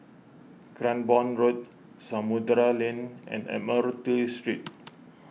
Cranborne Road Samudera Lane and Admiralty Street